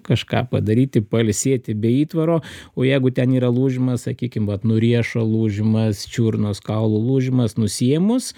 kažką padaryti pailsėti be įtvaro o jeigu ten yra lūžimas sakykim vat nu riešo lūžimas čiurnos kaulų lūžimas nusiėmus